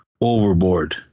overboard